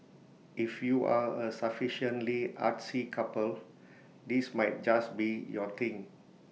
if you are A sufficiently artsy couple this might just be your thing